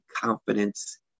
Confidence